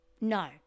no